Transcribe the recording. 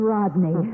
Rodney